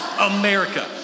america